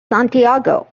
santiago